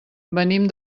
venim